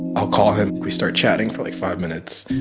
i'll call him. we start chatting for like five minutes,